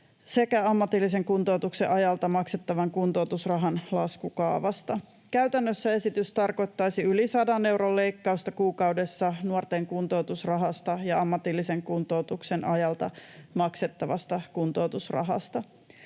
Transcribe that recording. sekä ammatillisen kuntoutuksen ajalta maksettavan kuntoutusrahan laskukaavasta. Käytännössä esitys tarkoittaisi yli sadan euron leikkausta kuukaudessa nuorten kuntoutusrahasta ja ammatillisen kuntoutuksen ajalta maksettavasta kuntoutusrahasta.